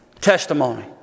testimony